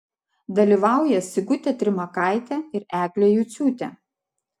dalyvauja sigutė trimakaitė ir eglė juciūtė